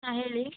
ಹಾಂ ಹೇಳಿ